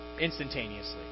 instantaneously